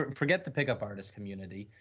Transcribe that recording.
but forget the pickup artist community,